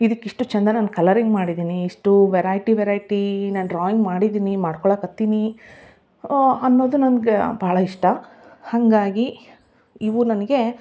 ಇದಿಕ್ಕೆ ಇಷ್ಟು ಚಂದ ನಾನು ಕಲರಿಂಗ್ ಮಾಡಿದ್ದೀನಿ ಇಷ್ಟು ವೆರೈಟಿ ವೆರೈಟಿ ನಾನು ಡ್ರಾಯಿಂಗ್ ಮಾಡಿದ್ದೀನಿ ಮಾಡ್ಕೊಳಕೆ ಹತ್ತೀನಿ ಅನ್ನೋದು ನನ್ಗ ಭಾಳ ಇಷ್ಟ ಹಾಗಾಗಿ ಇವು ನನಗೆ